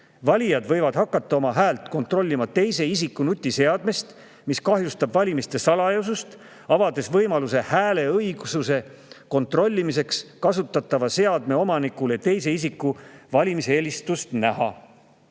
Valijad võivad hakata oma häält kontrollima teise isiku nutiseadmest, mis kahjustab valimiste salajasust, avades võimaluse hääle õigsuse kontrollimiseks kasutatava seadme omanikule teise isiku valimiseelistust näha.